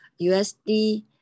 USD